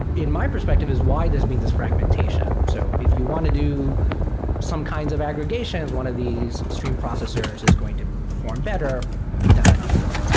in my perspective, is why there's been this fragmentation. so if you want to do some kinds of aggregations, one of these stream processors is going to perform better than another one.